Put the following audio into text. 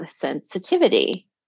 sensitivity